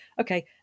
okay